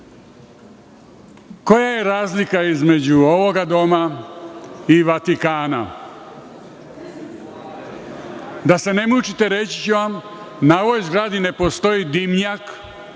koja je razlika između ovoga doma i Vatikana? Da se ne mučite, reći ću vam. Na ovoj zgradi ne postoji dimnjak